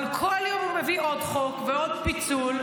אבל כל יום הוא מביא עוד חוק ועוד פיצול,